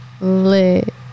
lit